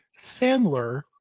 Sandler